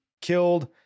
killed